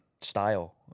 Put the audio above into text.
style